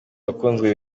akunzwe